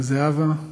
לזהבה,